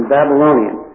Babylonian